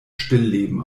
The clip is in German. stillleben